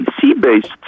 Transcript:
sea-based